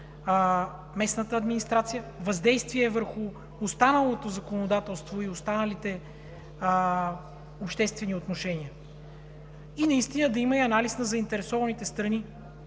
местната администрация, въздействие върху останалото законодателство и останалите обществени отношения. И наистина да има анализ на заинтересованите страни,